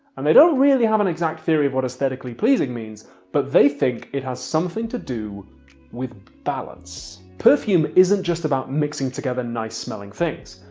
and they don't really have an exact theory of what aesthetically pleasing means but they think it has something to do with balance. perfume isn't just about mixing together nice-smelling things.